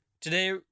Today